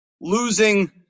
losing